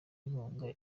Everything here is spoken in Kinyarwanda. inkunga